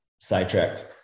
sidetracked